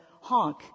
honk